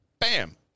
Bam